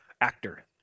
actor